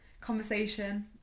conversation